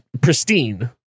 pristine